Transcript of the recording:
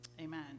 Amen